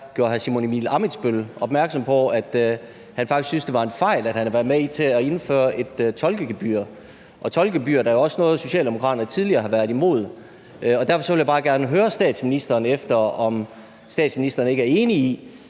at hr. Simon Emil Ammitzbøll gjorde opmærksom på, at han faktisk syntes, det var en fejl, at han havde været med til at indføre et tolkegebyr. Og tolkegebyret er også noget, Socialdemokraterne tidligere har været imod, og derfor vil jeg bare gerne høre, om statsministeren ikke er enig i,